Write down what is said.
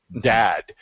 dad